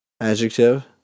Adjective